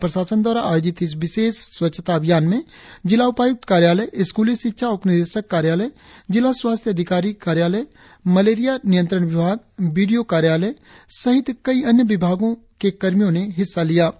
जिला प्रशासन द्वारा आयोजित इस विशेष स्वच्छता अभियान में जिला उपायुक्त कार्यालय स्क्रली शिक्षा उपनिदेशक कार्यालय जिला स्वास्थ्य अधिकारी मलेरिया नियंत्रण विभाग बी डी ओ कार्यालय सहित कई अन्य विभागों के कर्मियों ने हिस्सा लिया